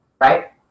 Right